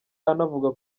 anavuga